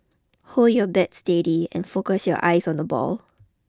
hold your bat steady and focus your eyes on the ball